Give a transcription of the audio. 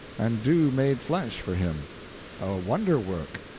and dew made flesh, for him a wonder-work,